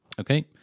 Okay